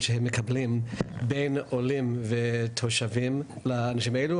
שהם מקבלים בין עולים ותושבים לאנשים האלו,